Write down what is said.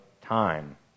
time